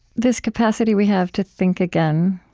this capacity we have to think again,